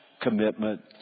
commitment